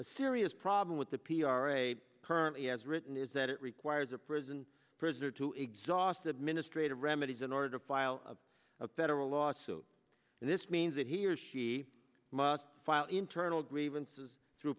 a serious problem with the p r a currently as written is that it requires a prison prisoner to exhaust administrative remedies in order to file a federal lawsuit and this means that he or she must file internal grievances through